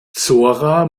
zora